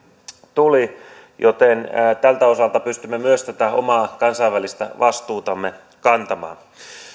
tuli joten tältä osalta pystymme myös tätä omaa kansainvälistä vastuutamme kantamaan